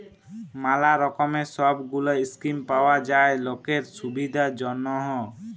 ম্যালা রকমের সব গুলা স্কিম পাওয়া যায় লকের সুবিধার জনহ